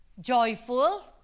joyful